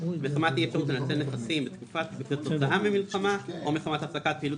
מחמת אי-אפשרות לנצל נכסים כתוצאה ממלחמה או מחמת הפסקת פעילות